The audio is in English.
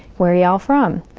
where you all from?